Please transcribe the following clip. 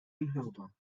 unhörbar